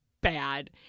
bad